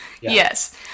Yes